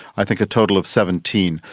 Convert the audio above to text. i think a total of seventeen,